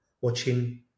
watching